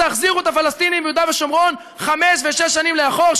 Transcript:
תחזירו את הפלסטינים ביהודה ושומרון חמש ושש שנים לאחור,